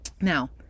Now